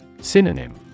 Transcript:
Synonym